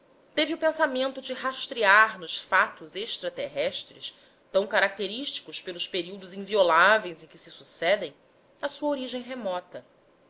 teve o pensamento de rastrear nos fatos extraterrestres tão característicos pelos períodos invioláveis em que se sucedem a sua origem remota